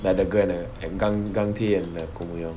like the girl and the like gang gang tae and koh mun yeong